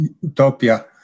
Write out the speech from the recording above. utopia